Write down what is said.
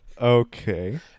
Okay